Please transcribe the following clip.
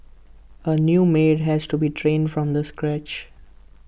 A new maid has to be trained from this scratch